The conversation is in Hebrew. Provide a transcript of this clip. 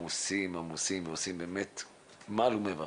כולם עמוסים מעל ומעבר,